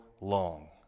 long